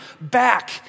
back